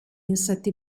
insetti